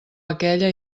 aquella